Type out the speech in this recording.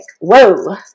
whoa